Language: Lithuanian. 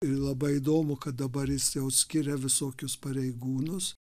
ir labai įdomu kad dabar jis jau skiria visokius pareigūnus